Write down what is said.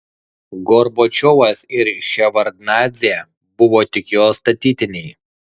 gorbačiovas ir ševardnadzė buvo tik jo statytiniai